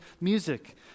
music